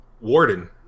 warden